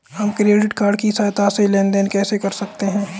हम credit card की सहायता से लेन देन कैसे कर सकते हैं?